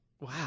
Wow